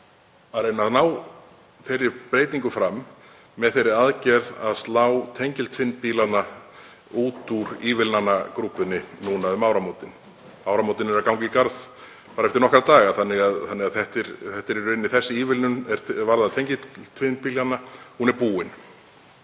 að reyna að ná þeirri breytingu fram með því að slá tengiltvinnbílana út úr ívilnanagrúppunni núna um áramótin. Áramótin eru að ganga í garð bara eftir nokkra daga þannig að þessi ívilnun er varðar tengiltvinnbílana er búin.